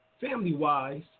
family-wise